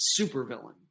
supervillain